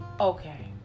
Okay